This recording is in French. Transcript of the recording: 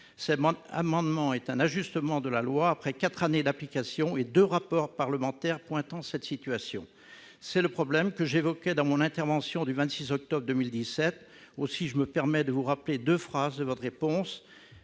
Cet amendement est un ajustement de la loi après quatre années d'application et deux rapports parlementaires pointant cette situation. C'est le problème que j'évoquais dans mon intervention du 26 octobre 2017. Aussi, je me permets de vous rappeler deux phrases de votre réponse,